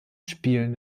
spielen